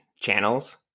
channels